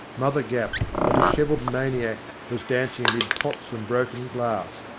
mother gapp, a dishevelled maniac, was dancing amid pots and broken glass,